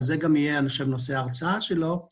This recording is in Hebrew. זה גם יהיה, אני חושב, נושא ההרצאה שלו.